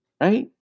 Right